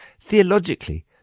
Theologically